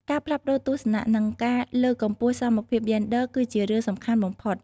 ការផ្លាស់ប្តូរទស្សនៈ និងការលើកកម្ពស់សមភាពយេនឌ័រ គឺជារឿងសំខាន់បំផុត។